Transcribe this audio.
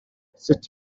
sut